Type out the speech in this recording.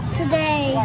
today